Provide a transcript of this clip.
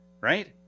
right